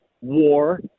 War